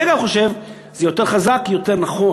אני, אגב, חושב שזה יותר חזק ויותר נכון